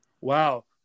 wow